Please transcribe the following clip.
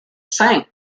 sank